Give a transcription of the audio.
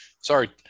Sorry